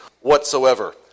whatsoever